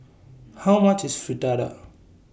How much IS Fritada